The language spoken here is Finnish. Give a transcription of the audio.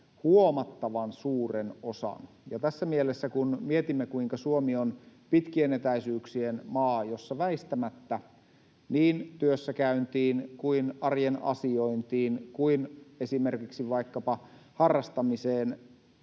huomattavan suuren osan. Tässä mielessä, kun mietimme, kuinka Suomi on pitkien etäisyyksien maa, jossa väistämättä niin työssäkäyntiin kuin arjen asiointiin kuin esimerkiksi vaikkapa harrastamiseen